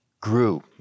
grew